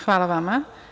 Hvala vama.